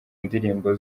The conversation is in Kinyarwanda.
ndirimbo